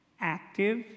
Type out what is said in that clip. active